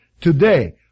Today